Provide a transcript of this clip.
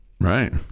Right